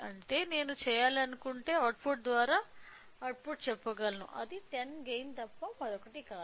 అంటే నేను చేయాలనుకుంటే ఇన్పుట్ ద్వారా అవుట్పుట్ చెప్పగలను అది 10 గెయిన్ తప్ప మరొకటి కాదు